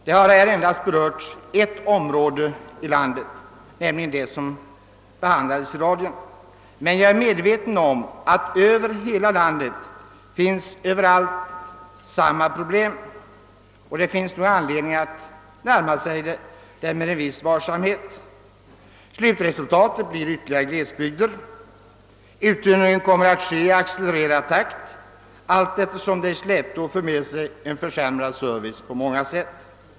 Jag har här endast berört ett område i landet, nämligen det som behandlades i radioprogrammet. Dock är jag medveten om att samma problem finns över hela landet. Man har nog anledning att närma sig det med en viss varsamhet. Slutresultatet blir ytterligare glesbygder. Uttunningen kommer att ske i accelererat tempo allteftersom den i släptåg för med sig en på många sätt försämrad service.